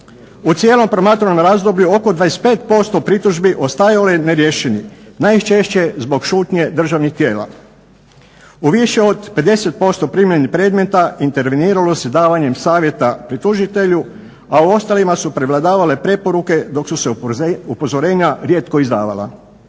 U cijelom promatranom razdoblju oko 25% pritužbi ostajalo je neriješenih, najčešće zbog šutnje državnih tijela. U više od 50% primljenih predmeta interveniralo se davanjem savjeta tužitelju, a u ostalima su prevladavale preporuke dok su se upozorenja rijetko izdavala.